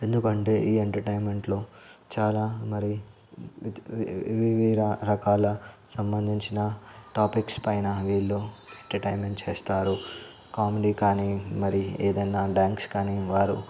ఎందుకంటే ఈ ఎంటర్టైన్మెంట్లో చాలా మరి వివిధ రకాల సంబంధించిన టాపిక్స్ పైన వీళ్ళు ఎంటర్టైన్మెంట్ చేస్తారు కామెడీ కానీ మరి ఏదైనా డాన్స్ కానీ వారు